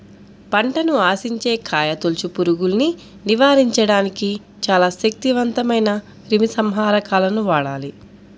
పంటను ఆశించే కాయతొలుచు పురుగుల్ని నివారించడానికి చాలా శక్తివంతమైన క్రిమిసంహారకాలను వాడాలి